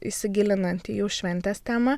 įsigilinant į jų šventės temą